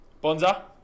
Bonza